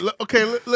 okay